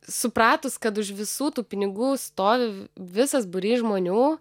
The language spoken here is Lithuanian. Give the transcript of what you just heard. supratus kad už visų tų pinigų stovi visas būrys žmonių